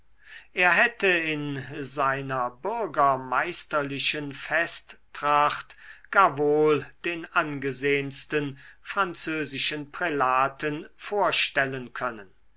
er hätte in seiner bürgemeisterlichen festtracht gar wohl den angesehensten französischen prälaten vorstellen können